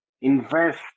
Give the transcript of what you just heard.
invest